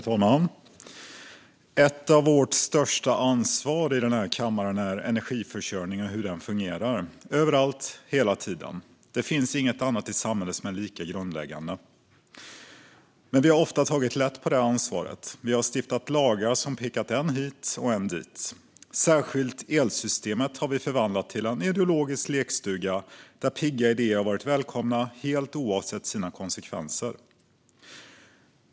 Herr talman! Ett av våra största ansvarsområden i denna kammare är en energiförsörjning som fungerar överallt, hela tiden. Det finns inget annat i samhället som är lika grundläggande. Men vi har ofta tagit lätt på detta ansvar. Vi har stiftat lagar som pekat än hit och än dit. Särskilt elsystemet har vi förvandlat till en ideologisk lekstuga där pigga idéer har varit välkomna, helt oavsett deras konsekvenser.